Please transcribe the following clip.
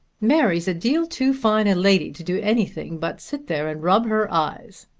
mary's a deal too fine a lady to do anything but sit there and rub her eyes.